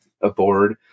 aboard